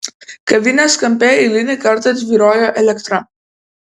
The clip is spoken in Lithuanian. kavinės kampe eilinį kartą tvyrojo elektra